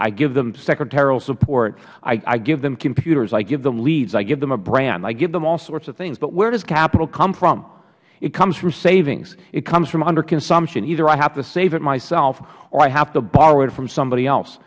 i give them secretarial support i give them computers i give them leads i give them brand i give them all sorts of things but where does capital come from it comes from savings from under consumption either i have to save it myself or i have to borrow it from